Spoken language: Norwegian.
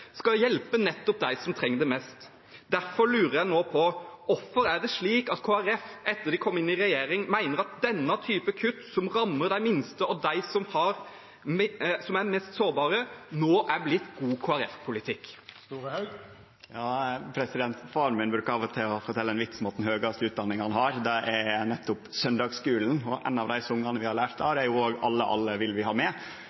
skal hjelpe nettopp dem som trenger det mest. Derfor lurer jeg nå på: Hvorfor er det slik at Kristelig Folkeparti etter at de kom inn i regjering, mener at denne typen kutt, som rammer de minste og dem som er mest sårbare, nå er blitt Kristelig Folkeparti-politikk? Far min bruker av og til å fortelje ein vits om at den høgaste utdanninga han har, er nettopp søndagsskulen, og ein annan av dei songane vi har lært